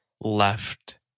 left